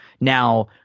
Now